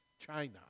China